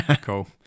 Cool